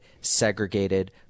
segregated